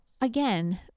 again